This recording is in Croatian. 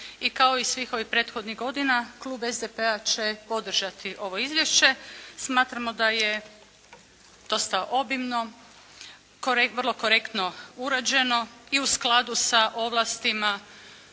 i kao svih ovih prethodnih godina, Klub SDP-a će podržati ovo izvješće. Smatramo da je dosta obimno, vrlo korektno urađeno i u skladu sa ovlastima